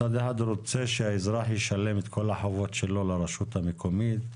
מצד אחד רוצה שהאזרח ישלם את כל החובות שלו לרשות המקומית,